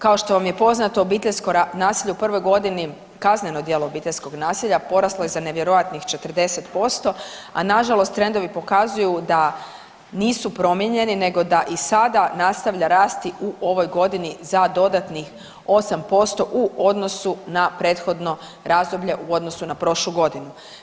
Kao što vam je poznato obiteljsko nasilje u prvoj godini kazneno djelo obiteljskog nasilja poraslo je za nevjerojatnih 40%, a nažalost trendovi pokazuju da nisu promijenjeni nego da i sada nastavlja rasti u ovoj godini za dodatnih 8% u odnosu na prethodno razdoblje u odnosu na prošlu godinu.